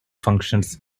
functions